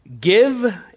give